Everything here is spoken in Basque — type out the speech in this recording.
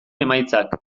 emaitzak